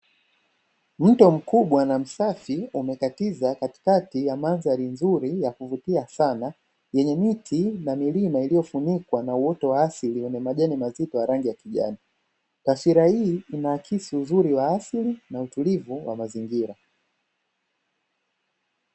Mto mkubwa na msafi umekatiza katikati ya mandhari nzuri ya kuvutia sana yenye miti na milima iliyofunikwa na uoto wa asili wenye majani mazito na rangi ya kijani, taswira hii inaakisi uzuri wa asili na utulivu wa mazingira.